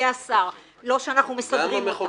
לא יודע לכמת את זה באירוע הזה.